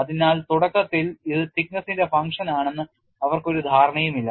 അതിനാൽ തുടക്കത്തിൽ ഇത് thickness ന്റെ function ആണെന്ന് അവർക്ക് ഒരു ധാരണയുമില്ല